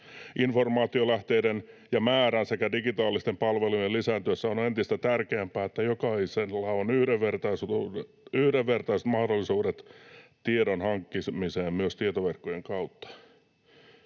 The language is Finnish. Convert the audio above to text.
”Informaatiolähteiden ja -määrän sekä digitaalisten palvelujen lisääntyessä on entistä tärkeämpää, että jokaisella on yhdenvertaiset mahdollisuudet tiedon hankkimiseen myös tietoverkkojen kautta.”